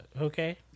Okay